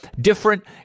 different